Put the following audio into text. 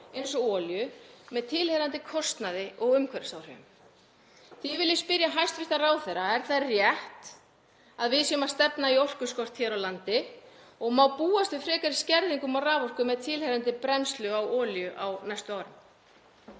eins og olíu, með tilheyrandi kostnaði og umhverfisáhrifum. Því vil ég spyrja hæstv. ráðherra: Er það rétt að við séum að stefna í orkuskort hér á landi? Og má búast við frekari skerðingum á raforku með tilheyrandi brennslu á olíu á næstu árum?